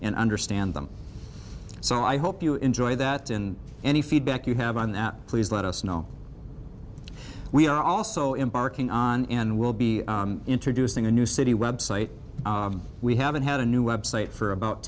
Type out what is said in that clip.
and understand them so i hope you enjoy that in any feedback you have on that please let us know we are also in barking on and we'll be introducing a new city website we haven't had a new website for about